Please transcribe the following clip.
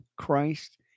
Christ